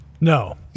No